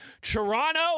Toronto